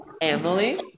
Emily